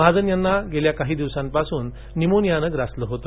महाजन यांना काही दिवसांपासून न्यूमोनियान ग्रासल होत